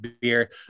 beer